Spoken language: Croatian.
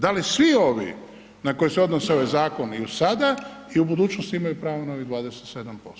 Da li svi ovi na koje se odnosi ovaj zakon i sada i u budućnosti imaju pravo na ovih 27%